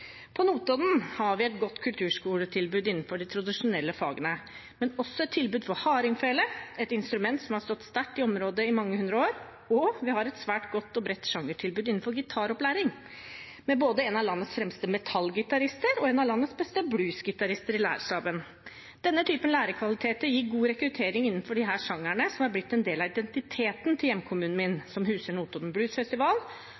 På Notodden har vi et godt kulturskoletilbud innenfor de tradisjonelle fagene, men også et tilbud innenfor hardingfele, et instrument som har stått sterkt i området i mange hundre år. Vi har et svært godt og bredt sjangertilbud innenfor gitaropplæring, med både en av landets fremste metalgitarister og en av landets beste bluesgitarister i lærerstaben. Denne typen lærerkvaliteter gir god rekruttering innenfor disse sjangerne, som har blitt en del av identiteten til hjemkommunen